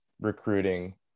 recruiting